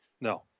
no